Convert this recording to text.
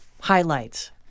highlights